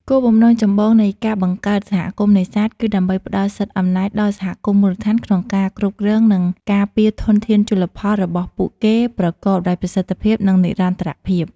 គោលបំណងចម្បងនៃការបង្កើតសហគមន៍នេសាទគឺដើម្បី ផ្ដល់សិទ្ធិអំណាច ដល់សហគមន៍មូលដ្ឋានក្នុងការគ្រប់គ្រង និងការពារធនធានជលផលរបស់ពួកគេ ប្រកបដោយប្រសិទ្ធភាព និងនិរន្តរភាព។